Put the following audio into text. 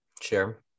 Sure